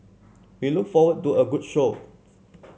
we look forward to a good show